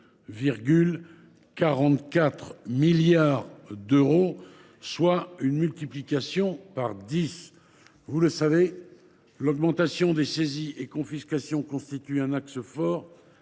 Vous le savez, l’augmentation des saisies et des confiscations constitue un axe fort